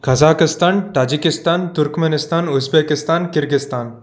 Kazakhstan Tajikistan Turkmenistan Uzbekistan Kyrgyzstan